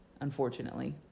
Unfortunately